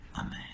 Amen